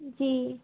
जी